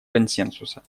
консенсуса